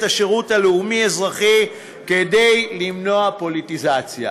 השירות האזרחי כדי למנוע פוליטיזציה,